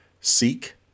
Seek